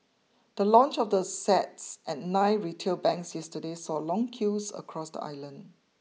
the launch of the sets at nine retail banks yesterday saw long queues across the island